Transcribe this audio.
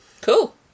Cool